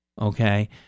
Okay